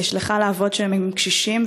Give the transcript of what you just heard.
ונשלחה לעבוד שם עם קשישים.